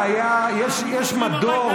שקי המלט,